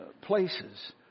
places